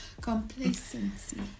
complacency